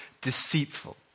deceitful